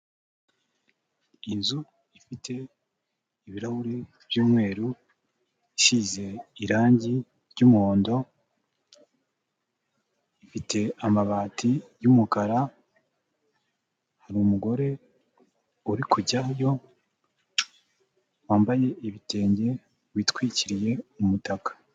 Inzu ifite ibirahure by'umweru, isize irangi ry'umuhondo, ifite amabati y'umukara, hari umugore uri kujyayo wambaye ibitenge witwikiriye umutaka.